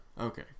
Okay